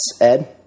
Ed